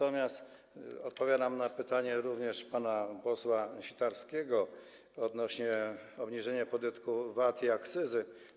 Odpowiadam na pytanie pana posła Sitarskiego odnośnie do obniżenia podatku VAT i akcyzy.